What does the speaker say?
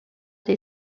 des